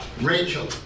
Rachel